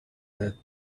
that